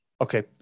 Okay